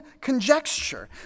conjecture